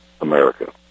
America